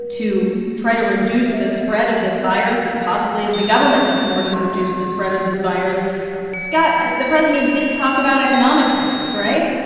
to try to reduce the spread of this virus and possibly as the government does more to reduce the spread of this virus scott, the president did talk about economic measures, right?